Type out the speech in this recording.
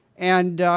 and